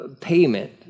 payment